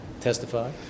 testify